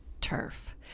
turf